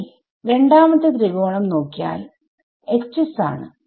ഇനി രണ്ടാമത്തെ ത്രികോണം നോക്കിയാൽ വാരിയബിൾ ആണ്